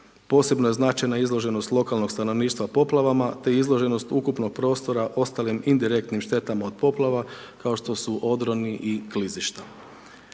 Posebno je značajna izloženost lokalnog stanovništva poplavama, te izloženost ukupnog prostora ostalim indirektnim štetama od poplava, kao što su odroni i klizišta.